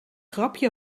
grapje